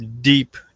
deep